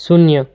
શૂન્ય